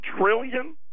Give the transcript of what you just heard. trillion